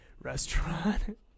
restaurant